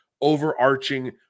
overarching